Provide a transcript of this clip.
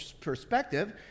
perspective